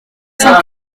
cent